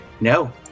No